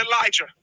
Elijah